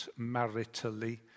maritally